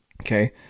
Okay